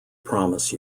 promise